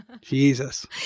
Jesus